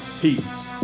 Peace